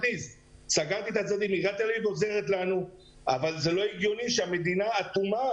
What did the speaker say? עיריית תל אביב עוזרת לנו אבל זה לא הגיוני שהמדינה אטומה,